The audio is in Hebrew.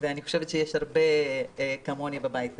ואני חושבת שיש הרבה כמוני בבית הזה.